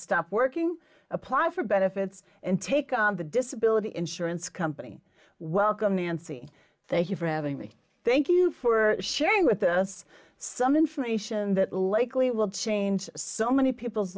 stop working apply for benefits and take on the disability insurance company welcome nancy thank you for having me thank you for sharing with us some information that likely will change so many people's